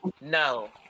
no